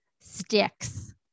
sticks